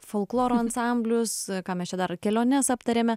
folkloro ansamblius ką mes čia dar keliones aptarėme